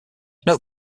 note